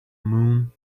moon